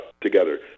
together